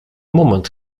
moment